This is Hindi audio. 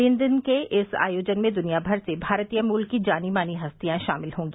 तीन दिन के इस आयोजन में दुनिया भर से भारतीय मूल की जानी मानी हस्तियां शामिल होंगी